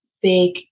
big